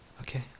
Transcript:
Okay